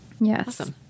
Yes